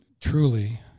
truly